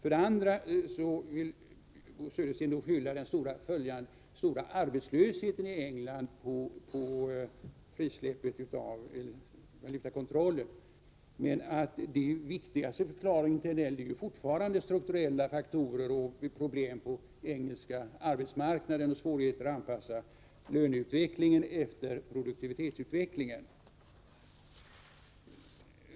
Bo Södersten vill skylla den stora arbetslösheten i England på frisläppet av valutakontrollen. Men den viktigaste förklaringen till den är fortfarande strukturella faktorer och problem på den engelska arbetsmarknaden samt svårigheter att anpassa löneutvecklingen efter produktivitetsutvecklingen.